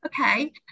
okay